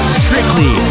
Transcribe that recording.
strictly